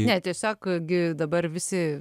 ne tiesiog gi dabar visi